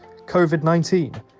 COVID-19